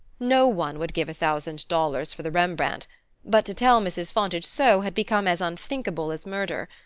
no one would give a thousand dollars for the rembrandt but to tell mrs. fontage so had become as unthinkable as murder.